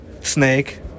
Snake